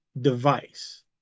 device